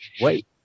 Wait